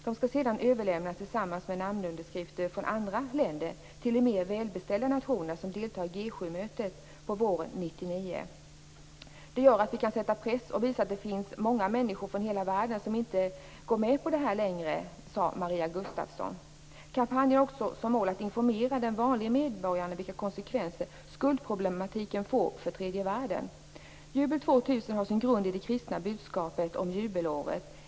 De skall sedan överlämnas tillsammans med namnunderskrifter från andra länder till de mer välbeställda nationer som deltar i G7-mötet våren 1999. Det gör att vi kan sätta press och visa att det finns många människor från hela världen som inte går med på det här längre, sade Maria Gustafsson. Kampanjer har också som mål att informera den vanlige medborgaren om vilka konsekvenser skuldproblematiken får för tredje världen. Jubel 2000 har sin grund i det kristna budskapet om jubelåret.